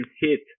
hit